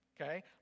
Okay